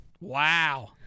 Wow